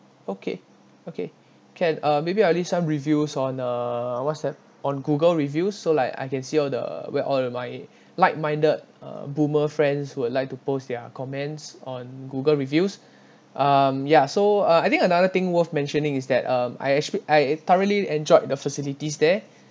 okay okay can uh maybe I'll leave some reviews on uh WhatsApp on Google review so like I can see all the where all the my like-minded uh boomer friends would like to post their comments on Google reviews um ya so uh I think another thing worth mentioning is that um I actually I thoroughly enjoyed the facilities there